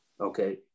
Okay